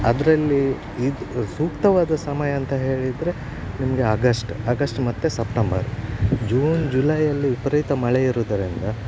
ಅದರಲ್ಲಿ ಇದು ಸೂಕ್ತವಾದ ಸಮಯ ಅಂತ ಹೇಳಿದರೆ ನಿಮಗೆ ಆಗಸ್ಟ್ ಅಗಸ್ಟ್ ಮತ್ತೆ ಸಪ್ಟಂಬರ್ ಜೂನ್ ಜುಲೈಯಲ್ಲಿ ವಿಪರೀತ ಮಳೆ ಇರೋದರಿಂದ